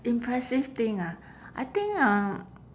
impressive thing ah I think um